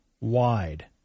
wide